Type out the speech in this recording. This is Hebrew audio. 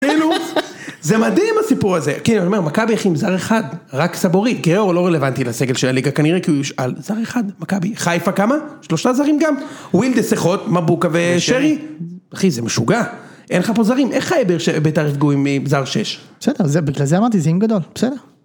כאילו, זה מדהים הסיפור הזה, כן, אני אומר, מכבי אכי עם זר אחד, רק סבורי, גיאור לא רלוונטי לסגל של הליגה, כנראה כי הוא יו.. זר אחד, מכבי, חיפה כמה? שלושה זרים גם? ווילדס שחות, מבוקה ושרי? אחי, זה משוגע, אין לך פה זרים, איך באר שבע... בית"ר סגורים עם זר שש? בסדר, בגלל זה אמרתי, זה אם גדול. בסדר.